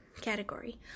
category